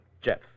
Jeff